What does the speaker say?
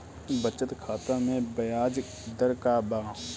बचत खाता मे ब्याज दर का बा?